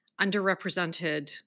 underrepresented